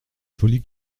folie